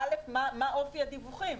א', מה אופי הדיווחים.